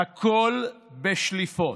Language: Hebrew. הכול בשליפות.